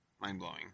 Mind-blowing